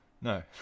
No